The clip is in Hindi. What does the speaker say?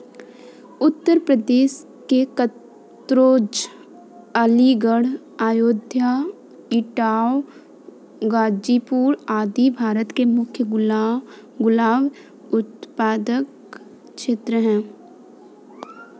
उत्तर प्रदेश के कन्नोज, अलीगढ़, अयोध्या, इटावा, गाजीपुर आदि भारत के मुख्य गुलाब उत्पादक क्षेत्र हैं